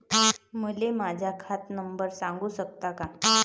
मले माह्या खात नंबर सांगु सकता का?